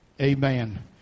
Amen